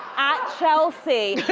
at chelsie.